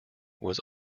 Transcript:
was